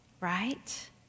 right